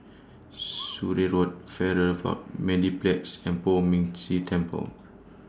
Surrey Road Farrer Park Mediplex and Poh Ming Tse Temple